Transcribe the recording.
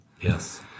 Yes